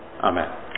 amen